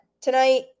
tonight